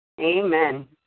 Amen